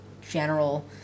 general